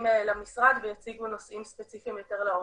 למשרד ויציגו נושאים ספציפיים יותר לעומק.